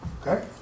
okay